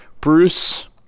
Bruce